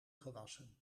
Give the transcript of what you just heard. gewassen